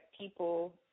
people